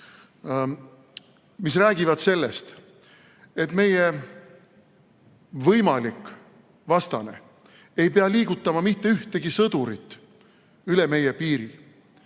mis räägivad sellest, et meie võimalik vastane ei pea liigutama mitte ühtegi sõdurit üle meie piiri,